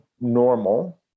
normal